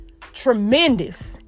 tremendous